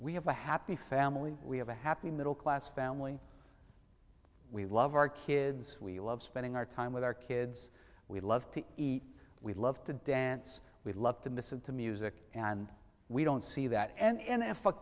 we have a happy family we have a happy middle class family we love our kids we love spending our time with our kids we love to eat we love to dance we love to miss into music and we don't see that end in f a